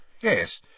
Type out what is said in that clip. Yes